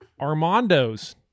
Armando's